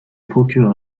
procureur